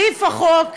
סעיף החוק,